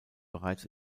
bereits